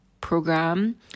program